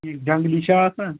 ٹھیٖک جنٛگلی چھِ آسان